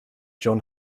jon